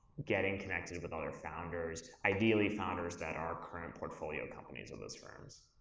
getting connected with other founders, ideally founders that are current portfolio companies in those firms.